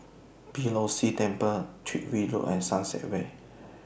Beeh Low See Temple Tyrwhitt Road and Sunset Way